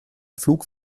pflug